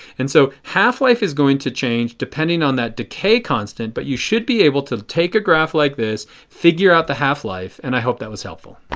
and so half-life is going to change depending on that decay constant. but you should be able to take a graph like this. figure out the half-life. and i hope that was helpful.